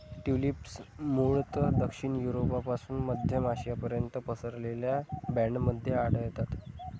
tulips मूळतः दक्षिण युरोपपासून मध्य आशियापर्यंत पसरलेल्या बँडमध्ये आढळतात